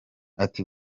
ati